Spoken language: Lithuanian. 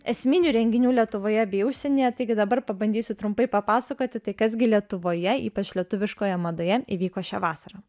esminių renginių lietuvoje bei užsienyje taigi dabar pabandysiu trumpai papasakoti tai kas gi lietuvoje ypač lietuviškoje madoje įvyko šią vasarą